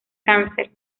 cáncer